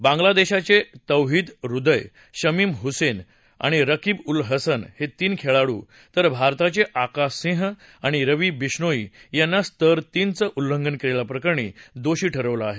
बांगला देशाचे तौहीद हृदय शमीम हुसेन आणि रकीब उल हसन हे तीन खेळाडू तर भारताचे आकाश सिंह आणि रवी बिश्रोई यांना स्तर तीनचं उल्लंघन केल्याप्रकरणी दोषी ठरवलं आहे